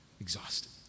exhausted